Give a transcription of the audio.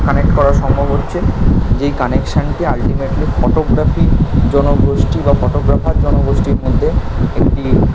connect করা সম্ভব হচ্ছে যেই কানেকশানটি আল্টিমেটলি ফটোগ্রাফির জনগোষ্ঠী বা ফটোগ্রাফার জনগোষ্ঠীর মধ্যে একটি